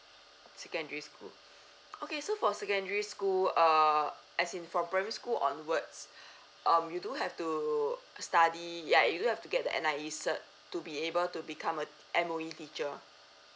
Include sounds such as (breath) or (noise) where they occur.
secondary school (breath) okay so for secondary school uh as in for primary school onwards (breath) um you do have to study yeah you do have to get that N_I_E cert to be able to become a M_O_E teacher